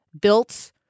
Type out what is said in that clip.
built